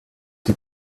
die